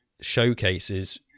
showcases